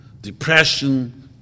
depression